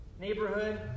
neighborhood